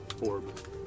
Orb